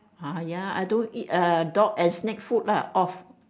ha ya I don't uh dog and snake food lah off